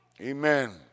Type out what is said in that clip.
Amen